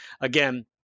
Again